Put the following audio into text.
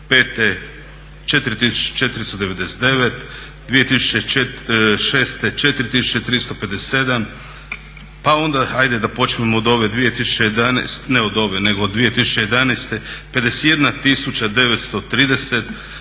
4 499, 2006. 4 357. Pa onda da počnemo od ove, ne ove nego od 2011. 51 930,